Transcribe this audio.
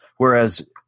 Whereas